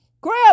grab